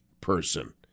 person